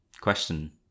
question